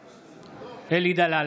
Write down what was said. בעד אלי דלל,